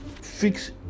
fix